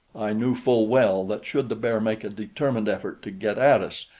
i knew full well that should the bear make a determined effort to get at us,